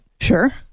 Sure